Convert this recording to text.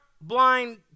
blind